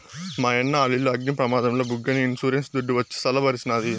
మాయన్న ఆలిల్లు అగ్ని ప్రమాదంల బుగ్గైనా ఇన్సూరెన్స్ దుడ్డు వచ్చి సల్ల బరిసినాది